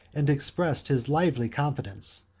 and expressed his lively confidence,